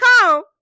come